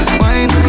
wine